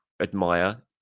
admire